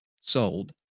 sold